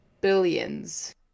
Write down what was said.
billions